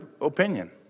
opinion